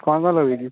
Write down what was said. କ'ଣ କ'ଣ ଲଗେଇଛୁ